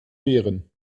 wehren